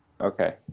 Okay